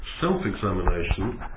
self-examination